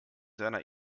seiner